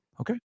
Okay